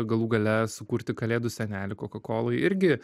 galų gale sukurti kalėdų senelį coca colai irgi